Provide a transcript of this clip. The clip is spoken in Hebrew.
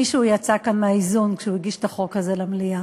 מישהו יצא כאן מהאיזון כשהוא הגיש את החוק הזה למליאה.